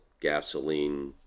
gasoline